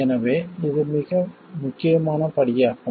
எனவே இது மிக முக்கியமான படியாகும்